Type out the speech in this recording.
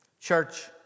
Church